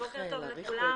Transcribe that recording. בוקר טוב לכולם,